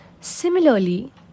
Similarly